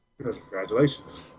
Congratulations